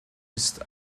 ist